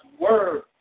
word